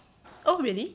oh really